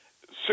six